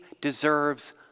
deserves